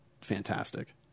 fantastic